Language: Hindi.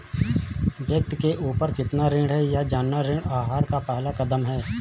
व्यक्ति के ऊपर कितना ऋण है यह जानना ऋण आहार का पहला कदम है